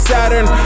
Saturn